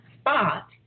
spot